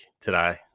today